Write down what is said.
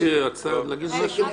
שירי: אינו מוסמך לקבלה.